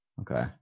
Okay